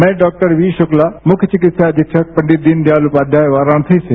मैं डॉ वी शुक्ला मुख्य चिकित्सा अधीक्षक पंडित दीन दयाल उपाध्याय वाराणसी से